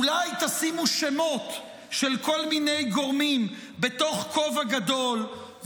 אולי תשימו שמות של כל מיני גורמים בתוך כובע גדול,